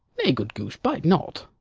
nay, good goose, bite not.